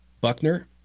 Buckner